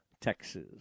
Texas